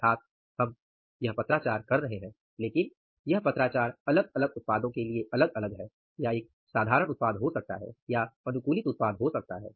अर्थात यह पत्राचार हम कर रहे हैं लेकिन यह पत्राचार अलग अलग उत्पादों के लिए अलग अलग है या एक साधारण उत्पाद हो सकता है या अनुकूलित उत्पाद हो सकता है